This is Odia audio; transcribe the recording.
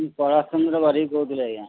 ମୁଁ କୈଳାସ ଚନ୍ଦ୍ର ବାରିକ୍ କହୁଥିଲି ଆଜ୍ଞା